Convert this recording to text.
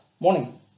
Morning